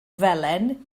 felen